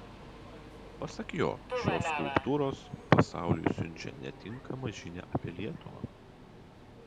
pasak jo šios skulptūros pasauliui siunčia netinkamą žinią apie lietuvą